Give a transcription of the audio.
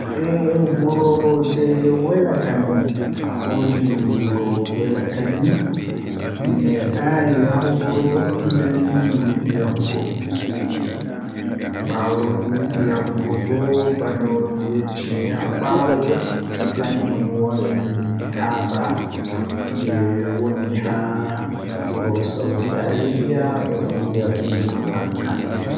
Eh wuro jei welatami mi mimedai yahugo nden mi yidi yahugo bano mi yecci haa baawo kanjum woni kaaba wuro makka jei woni haa Saudi Arabia beɗon wiya ɗum makka.